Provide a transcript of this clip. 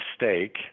mistake